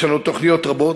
יש לנו תוכניות רבות.